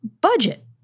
budget